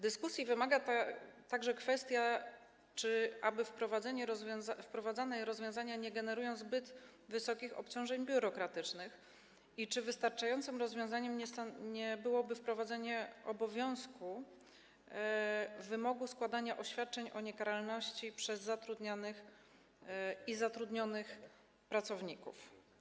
Dyskusji wymaga także kwestia tego, czy aby wprowadzone rozwiązania nie generują zbyt wysokich obciążeń biurokratycznych i czy wystarczającym rozwiązaniem nie byłoby wprowadzenie obowiązku, wymogu składania oświadczeń o niekaralności przez zatrudnianych i zatrudnionych pracowników.